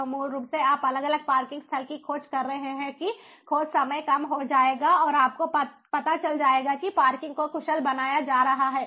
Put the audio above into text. तो मूल रूप से आप अलग अलग पार्किंग स्थल की खोज कर रहे हैं कि खोज समय कम हो जाएगा और आपको पता चल जाएगा कि पार्किंग को कुशल बनाया जा रहा है